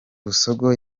busogo